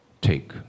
Take